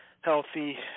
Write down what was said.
healthy